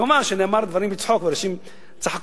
כמובן שנאמרו הדברים בצחוק ואנשים צחקו,